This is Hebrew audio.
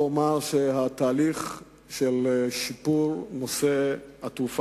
ואומר שהתהליך של שיפור נושא התעופה